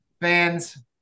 fans